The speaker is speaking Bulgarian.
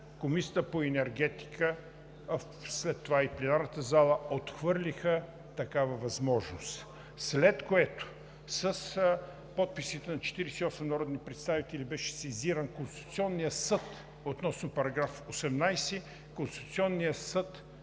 Комисията по енергетика, а след това и пленарната зала отхвърлиха такава възможност. След това с подписите на 48 народни представители беше сезиран Конституционният съд относно § 18. Конституционният съд